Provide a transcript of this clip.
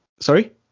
Sorry